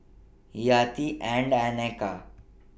Hayati Ain and Eka